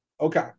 Okay